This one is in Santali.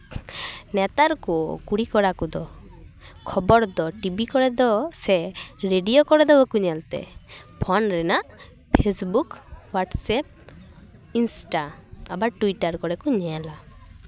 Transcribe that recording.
ᱱᱮᱛᱟᱨ ᱠᱚ ᱠᱩᱲᱤᱼᱠᱚᱲᱟ ᱠᱚᱫᱚ ᱠᱷᱚᱵᱚᱨ ᱫᱚ ᱴᱤᱵᱷᱤ ᱠᱚᱨᱮ ᱫᱚ ᱥᱮ ᱨᱮᱰᱤᱭᱳ ᱠᱚᱨᱮ ᱫᱚ ᱵᱟᱠᱚ ᱧᱮᱞ ᱛᱮ ᱯᱷᱚᱱ ᱨᱮᱱᱟᱜ ᱯᱷᱮᱥᱵᱩᱠ ᱣᱟᱴᱥᱮᱯ ᱤᱱᱥᱴᱟ ᱟᱵᱟᱨ ᱴᱩᱭᱴᱟᱨ ᱠᱚᱨᱮ ᱠᱚ ᱧᱮᱞᱟ